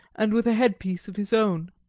and with a headpiece of his own.